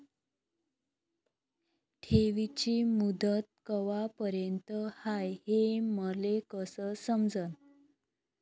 ठेवीची मुदत कवापर्यंत हाय हे मले कस समजन?